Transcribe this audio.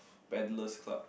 paddlers club